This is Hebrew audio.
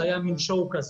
זה היה מין שואו כזה.